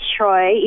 Troy